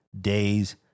days